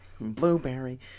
blueberry